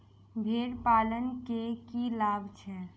भेड़ पालन केँ की लाभ छै?